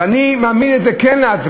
ואני כן מעמיד את זה להצבעה,